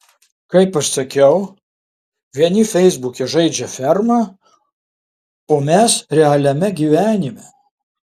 kaip aš sakau vieni feisbuke žaidžia fermą o mes realiame gyvenime